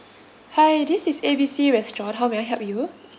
hi this is A B C restaurant how may I help you